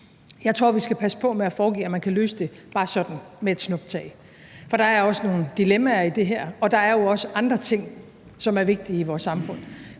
Jeg tror, vi skal passe på med at foregive, at man kan løse det bare sådan med et snuptag. For der er også nogle dilemmaer i det her, og der er jo også andre ting, som er vigtige i vores samfund.